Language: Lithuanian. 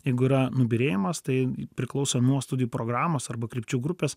jeigu yra nubyrėjimas tai priklauso nuo studijų programos arba krypčių grupės